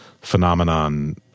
phenomenon